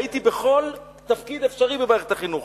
הייתי בכל תפקיד אפשרי במערכת החינוך,